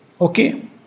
Okay